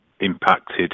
impacted